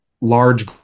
large